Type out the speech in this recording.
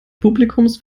publikums